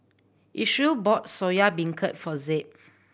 Isreal bought Soya Beancurd for Zeb